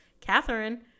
Catherine